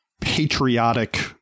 patriotic